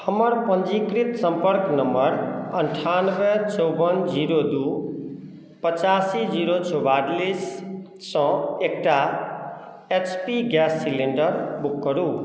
हमर पंजीकृत सम्पर्क नमर अनठानबे चौबन जीरो दू पचासी जीरो चौवालिस सँ एकटा H P gas cylinder book करू